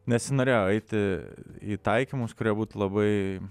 nesinorėjo eiti į taikymus kurie būt labai